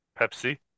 Pepsi